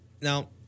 Now